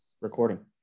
recording